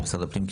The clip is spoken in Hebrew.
משרד הפנים.